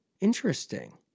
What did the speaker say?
Interesting